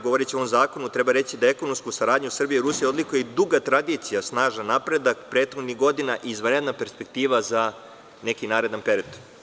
Govoreći o ovom zakonu, treba reći da ekonomsku saradnju Srbije i Rusije odlikuje i duga tradicija, snažan napredak prethodnih godina i izvanredna perspektiva za neki naredan period.